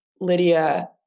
Lydia